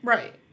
Right